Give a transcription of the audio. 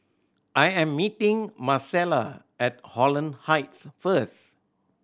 I am meeting Marcella at Holland Heights first